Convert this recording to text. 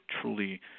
truly